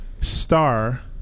star